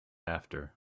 after